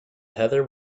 heather